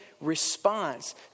response